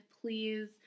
Please